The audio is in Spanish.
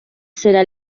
será